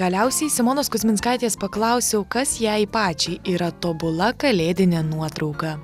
galiausiai simonos kuzminskaitės paklausiau kas jai pačiai yra tobula kalėdinė nuotrauka